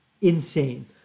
Insane